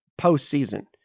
postseason